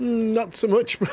not so much,